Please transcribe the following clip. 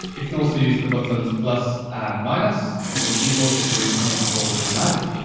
you can also use the buttons plus and minus on your keyboard to zoom in or zoom out.